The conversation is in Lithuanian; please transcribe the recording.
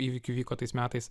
įvykių vyko tais metais